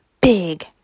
big